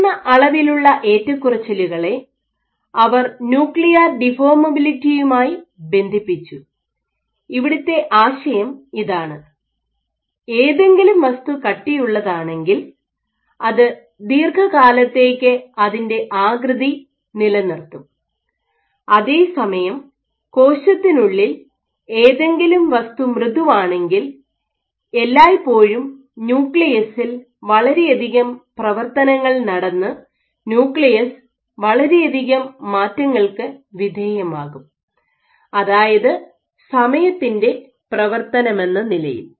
ഉയർന്ന അളവിലുള്ള ഏറ്റക്കുറച്ചിലുകളെ അവർ ന്യൂക്ലിയർ ഡിഫോർമബിലിറ്റിയുമായി ബന്ധിപ്പിച്ചു ഇവിടുത്തെ ആശയം ഇതാണ് എതെങ്കിലും വസ്തു കട്ടിയുള്ളതാണെങ്കിൽ അത് ദീർഘകാലത്തേക്ക് അതിൻ്റെ ആകൃതി നിലനിർത്തും അതേസമയം കോശത്തിനുള്ളിൽ എതെങ്കിലും വസ്തു മൃദുവാണെങ്കിൽ എല്ലായ്പ്പോഴും ന്യൂക്ലിയസിൽ വളരെയധികം പ്രവർത്തനങ്ങൾ നടന്ന് ന്യൂക്ലിയസ് വളരെയധികം മാറ്റങ്ങൾക്ക് വിധേയമാകും അതായത് സമയത്തിൻ്റെ പ്രവർത്തനമെന്ന നിലയിൽ